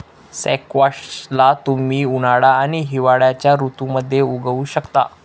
squash ला तुम्ही उन्हाळा आणि हिवाळ्याच्या ऋतूमध्ये उगवु शकता